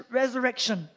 resurrection